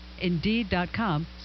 indeed.com